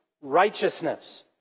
righteousness